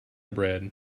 bread